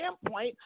standpoint